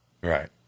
Right